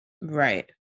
Right